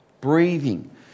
breathing